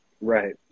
right